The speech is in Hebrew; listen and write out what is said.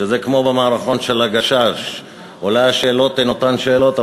שזה כמו במערכון של "הגשש": אולי השאלות הן אותן שאלות,